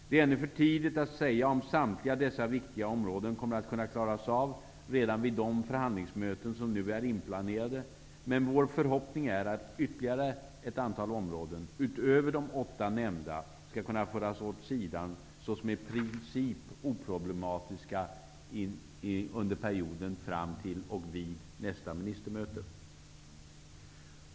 Det är ännu för tidigt att säga om samtliga dessa viktiga områden kommer att kunna klaras av redan vid de förhandlingsmöten som nu är inplanerade, men vår förhoppning är att ytterligare ett antal områden -- utöver de åtta redan nämnda -- skall kunna föras åt sidan såsom i princip oproblematiska under perioden fram till och vid nästa ministermöte.